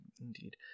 Indeed